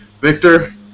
Victor